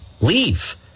leave